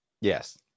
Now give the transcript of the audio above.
yes